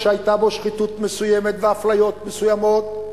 שהיתה בו שחיתות מסוימת ואפליות מסוימות,